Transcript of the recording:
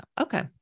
Okay